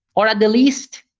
or at the least,